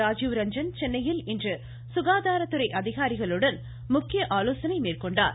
ராஜீவ்ரஞ்சன் சென்னையில் இன்று சுகாதாரத்துறை அதிகாரிகளுடன் முக்கிய ஆலோசனை மேற்கொண்டார்